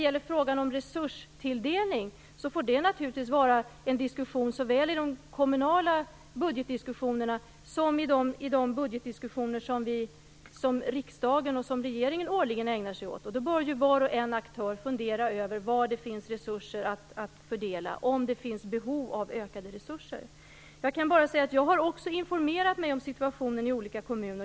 Diskussionen om resurstilldelning får naturligtvis föras såväl i kommunala budgetsammanhang som i den budgetprövning som riksdagen och regeringen årligen ägnar sig åt. Varje aktörer bör då fundera över om det finns behov av ökade resurser och var det finns medel att fördela. Jag har informerat mig om situationen i olika kommuner.